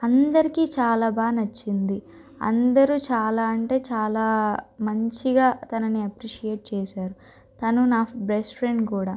అందరికి చాలా బాగా నచ్చింది అందరు చాలా అంటే చాలా మంచిగా తనని అప్రిషియేట్ చేసారు తను నాకు బెస్ట్ ఫ్రెండ్ కూడా